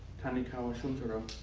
tanikawa shuntero.